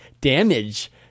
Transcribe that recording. damage